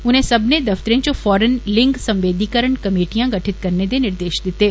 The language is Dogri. उनें सब्बनें दफतरें च फौरन लिंग संवेदीकरण कमेटियां गठित करने दे निर्देश दित्ते